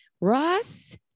ross